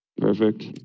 Perfect